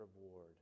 reward